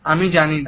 আমি জানিনা